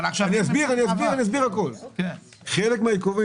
אבל עכשיו --- חלק מהעיכובים